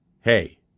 hey